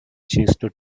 ceased